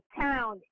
town